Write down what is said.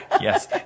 yes